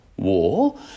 war